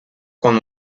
con